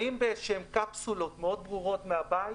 באים בקפסולות מאוד סגורות מהבית,